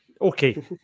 Okay